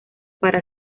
para